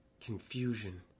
Confusion